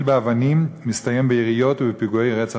באבנים מסתיים ביריות ובפיגועי רצח,